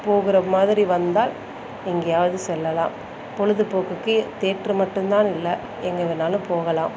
போகிற மாதிரி வந்தால் எங்கியாவது செல்லலாம் பொழுதுபோக்குக்கு தேட்டரு மட்டும் தான் இல்லை எங்க வேணாலும் போகலாம்